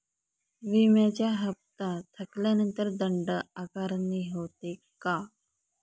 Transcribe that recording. विम्याचा हफ्ता थकल्यानंतर दंड आकारणी होते का?